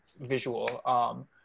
visual